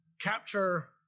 capture